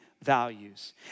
Values